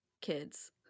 kids